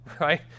right